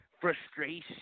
frustration